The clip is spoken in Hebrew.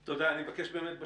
זו בעיה של